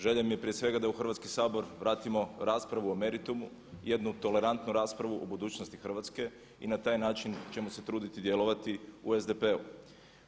Želja mi je prije svega da u Hrvatski sabor vratimo raspravu o meritumu, jednu tolerantnu raspravu u budućnosti Hrvatske i na taj način ćemo se truditi djelovati u SDP-u.